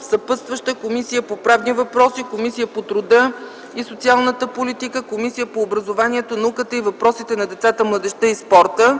съпътстващи са Комисията по правни въпроси, Комисията по труда и социалната политика, Комисията по образованието, науката и въпросите на децата, младежта и спорта.